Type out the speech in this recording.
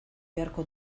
beharko